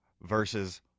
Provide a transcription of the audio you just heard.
versus